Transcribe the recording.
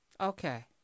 Okay